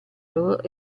loro